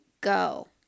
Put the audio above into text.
go